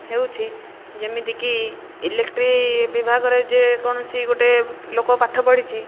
ହେଉଛି ଯେମିତିକି ଇଲେକ୍ଟ୍ରିକ୍ ବିଭାଗରେ ଯେ କୌଣସି ଗୋଟିଏ ଲୋକ ପାଠ ପଢିଛି